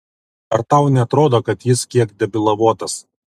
ar tau neatrodo kad jis kiek debilavotas